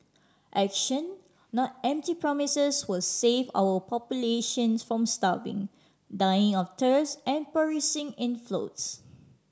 action not empty promises will save our populations from starving dying of thirst and perishing in floods